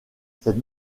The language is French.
cette